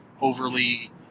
overly